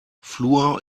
fluor